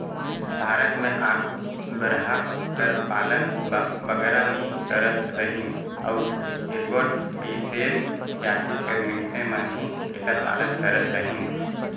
भारत में आघु बरहा कर पालन बगरा नी करत रहिन अउ एगोट बिसेस जाति कर मइनसे मन ही एकर पालन करत रहिन